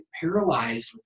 paralyzed